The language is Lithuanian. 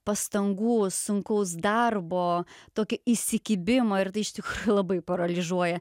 pastangų sunkaus darbo tokio įsikibimo ir tai iš tikrųjų labai paralyžiuoja